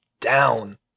down